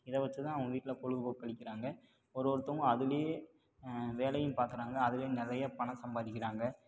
இதை வெச்சு தான் அவங்க வீட்டில் பொழுதுப்போக்கு கழிக்கறாங்க ஒரு ஒருத்தவங்கள் அதிலையே வேலையும் பார்க்கறாங்க அதிலையே நிறைய பணம் சம்பாதிக்கறாங்க